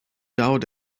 doubt